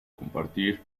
compartir